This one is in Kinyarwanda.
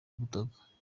ubutaka